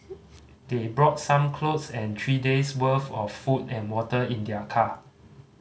they brought some clothes and three days' worth of food and water in their car